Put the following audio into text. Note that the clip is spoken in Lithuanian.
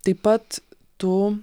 taip pat tu